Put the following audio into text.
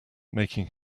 making